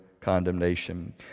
condemnation